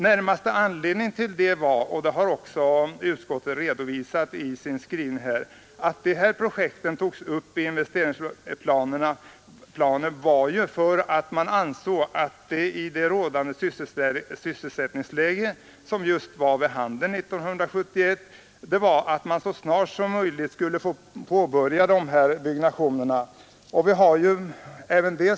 Närmaste anledningen till att dessa projekt togs upp i investeringsplanen var, som utskottet också redovisar, att man ansåg det ättningsläget 1971 så snart som möjligt angeläget att i det rådande syss påbörja byggnationerna.